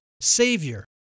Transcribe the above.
Savior